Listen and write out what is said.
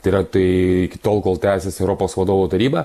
tai yra tai iki tol kol tęsiasi europos vadovų taryba